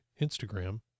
Instagram